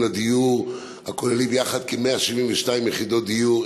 לדיור הכוללים יחד כ-172,000 יחידות דיור,